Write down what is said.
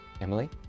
Emily